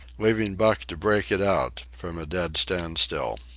leaving buck to break it out from a dead standstill.